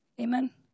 Amen